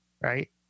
right